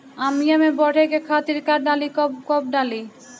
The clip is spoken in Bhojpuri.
आमिया मैं बढ़े के खातिर का डाली कब कब डाली?